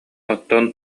оттон